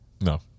No